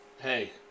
hey